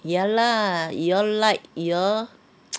ya lah you all like you all